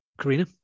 Karina